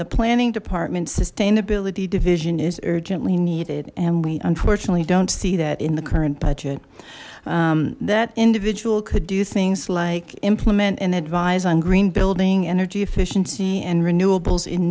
the planning department sustainability division is urgently needed and we unfortunately don't see that in the current budget that individual could do things like implement and advise on green building energy efficiency and renewables in